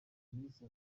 iminsi